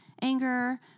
anger